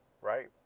Right